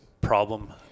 problem